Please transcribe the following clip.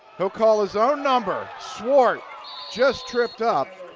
so call his own number. swart just tripped up